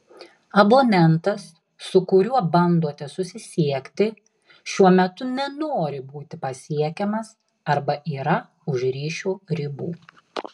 abonentas su kuriuo bandote susisiekti šiuo metu nenori būti pasiekiamas arba yra už ryšio ribų